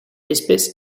espèce